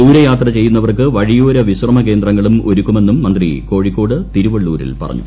ദൂരയാത്ര ചെയ്യുന്നവർക്ക് വഴിയോര വിശ്രമ കേന്ദ്രങ്ങളും ഒരുക്കുമെന്നും മന്ത്രി കോഴിക്കോട് തിരുവള്ളൂരിൽ പറഞ്ഞു